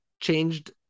changed